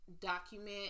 document